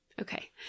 okay